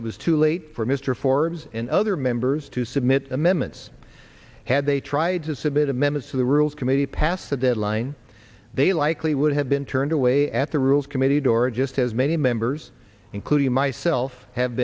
it was too late for mr forbes and other members to submit amendments had they tried to submit a members of the rules committee past the deadline they likely would have been turned away at the rules committee door just as many members including myself have